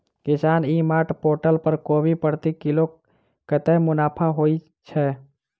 किसान ई mart portal पर कोबी प्रति किलो कतै मुनाफा होइ छै?